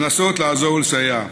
לנסות לעזור ולסייע.